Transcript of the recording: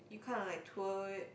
you kind of like twirl it